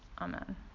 Amen